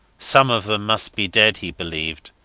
some of them must be dead, he believed.